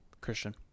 Christian